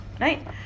Right